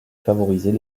favoriser